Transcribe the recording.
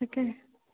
তাকে